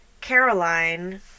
Caroline